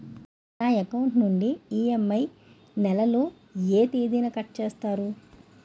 నా అకౌంట్ నుండి ఇ.ఎం.ఐ నెల లో ఏ తేదీన కట్ చేస్తారు?